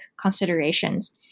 considerations